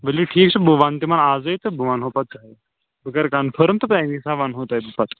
ؤلِو ٹھیٖک چھُ بہٕ وَنہٕ تِمَن آزَے تہٕ بہٕ ونہو پتہٕ بہٕ کَرٕ کنفٲرٕم تہٕ تَمہِ حِساب ونہو تۄہہِ بہٕ پتہٕ